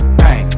bang